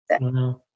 Wow